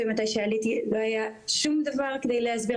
ומתי שעליתי לא היה שום דבר כדי להסביר